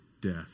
death